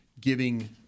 giving